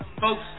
folks